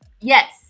Yes